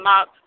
up